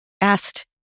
asked